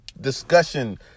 discussion